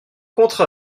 contre